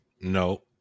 No